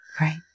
Right